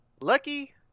Lucky